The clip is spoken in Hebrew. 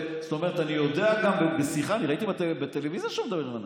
משיחה, ראיתי בטלוויזיה שהוא מדבר עם אנשים,